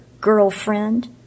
girlfriend